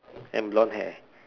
and blonde hair